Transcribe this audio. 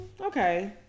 okay